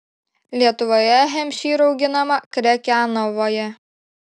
lietuvoje hempšyrų auginama krekenavoje